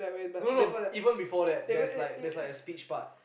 no no no even before that there's like there's like a speech part